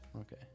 Okay